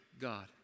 God